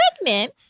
pregnant